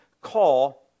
call